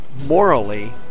morally